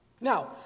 Now